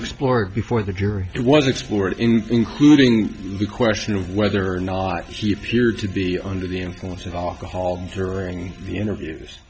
explored before the jury it was explored in including the question of whether or not she appeared to be under the influence of alcohol during the interviews